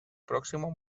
próximo